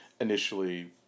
Initially